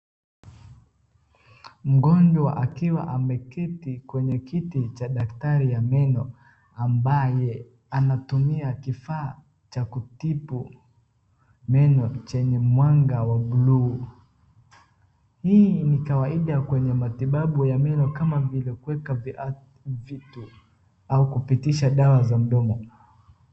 Mgonjwa akiwa ameketi kwenye kiti cha daktari ya meno ambaye anatumia kifaa cha kutibu meno chenye mwanga wa buluu. Hii ni kawaida kwenye matibabu ya meno kama vile kuweka vitu au kupitisha dawa za mdomo.